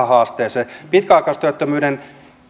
haasteeseen pitkäaikaistyöttömyyden